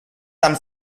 tan